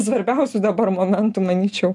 svarbiausių dabar momentų manyčiau